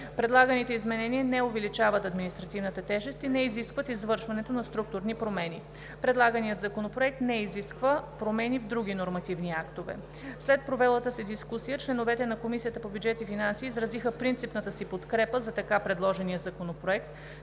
Предлаганите изменения не увеличават административната тежест и не изискват извършването на структурни промени. Предлаганият законопроект не изисква промени в други нормативни актове. След провелата се дискусия членовете на Комисията по бюджет и финанси изразиха принципната си подкрепа за така предложения законопроект,